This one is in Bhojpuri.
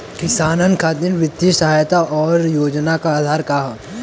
किसानन खातिर वित्तीय सहायता और योजना क आधार का ह?